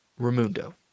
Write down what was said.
Ramundo